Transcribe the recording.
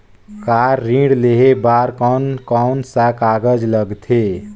Car ऋण लेहे बार कोन कोन सा कागज़ लगथे?